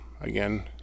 Again